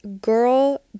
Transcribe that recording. girl